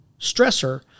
stressor